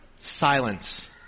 silence